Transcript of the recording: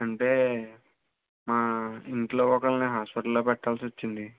అంటే మా ఇంట్లో ఒక్కరిని హాస్పిటల్లో పెట్టాల్సి వచ్చింది